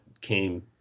came